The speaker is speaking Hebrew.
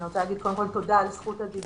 אני רוצה לומר קודם כל תודה על זכות הדיבור.